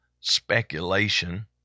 speculation